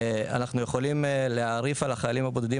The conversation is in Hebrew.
אנחנו יכולים להעריף על החיילים הבודדים